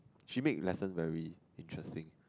she made lesson very interesting